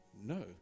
no